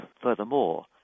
furthermore